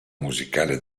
musicale